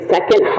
Second